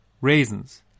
raisins